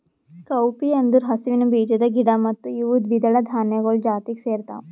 cowpea ಅಂದುರ್ ಹಸುವಿನ ಬೀಜದ ಗಿಡ ಮತ್ತ ಇವು ದ್ವಿದಳ ಧಾನ್ಯಗೊಳ್ ಜಾತಿಗ್ ಸೇರ್ತಾವ